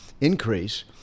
increase